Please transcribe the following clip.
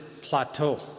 plateau